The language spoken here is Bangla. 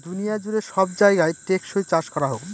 দুনিয়া জুড়ে সব জায়গায় টেকসই চাষ করা হোক